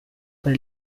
per